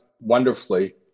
wonderfully